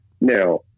Now